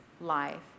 life